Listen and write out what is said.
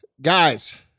guys